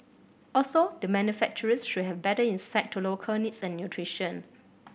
also the manufacturers should have better insight to local needs and nutrition